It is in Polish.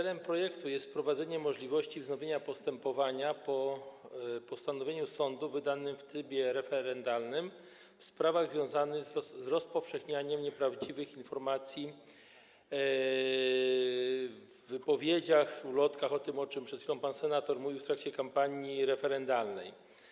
Celem projektu jest wprowadzenie możliwości wznowienia postępowania po postanowieniu sądu wydanym w trybie referendalnym w sprawach związanych z rozpowszechnianiem nieprawdziwych informacji w wypowiedziach, ulotkach, o tym przed chwilą mówił pan senator, w trakcie kampanii referendalnej.